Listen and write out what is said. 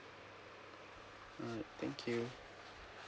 alright thank you